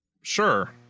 Sure